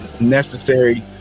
necessary